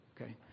okay